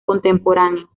contemporáneo